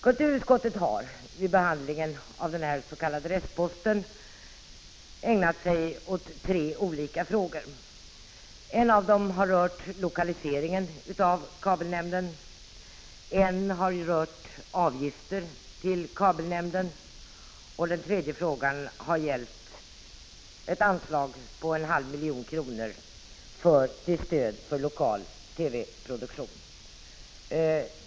Kulturutskottet har vid behandlingen av den här s.k. restposten ägnat sig åt tre olika frågor. En av dem har rört lokaliseringen av kabelnämnden, en annan fråga har rört avgifter till kabelnämnden, och den tredje frågan har gällt ett anslag på en halv miljon kronor till stöd för lokal TV-produktion.